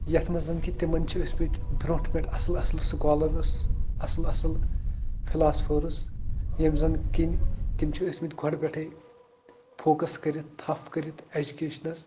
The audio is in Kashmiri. یَتھ منٛز زَن کہِ تِمن چھِ ٲسۍ مٕتۍ برونٹھٕ پٮ۪ٹھ اَصٕل اَصٕل سٔکولٲرٕس اَصٕل اَصٕل فِلاسفٲرٕس یِم زَن کہِ تِم چھِ ٲسۍ مٕتۍ گۄڈٕ پٮ۪ٹھٕے فوکَس کٔرِتھ تھپھ کٔرتھ ایٚجوٗکیشنَس